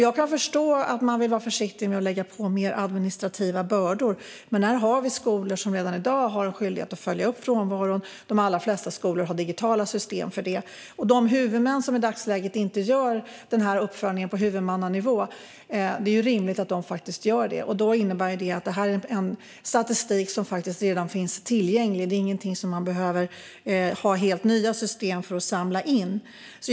Jag kan förstå att man vill vara försiktig med att lägga på fler administrativa bördor på skolorna. Men här har vi skolor som redan i dag har en skyldighet att följa upp frånvaron. De allra flesta skolor har digitala system för det. Det är rimligt att de huvudmän som i dag inte gör denna uppföljning på huvudmannanivå faktiskt gör det. Då innebär det att detta är en statistik som faktiskt redan finns tillgänglig. Det är ingenting som man behöver ha helt nya system för att samla in.